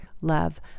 love